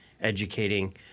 educating